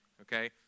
okay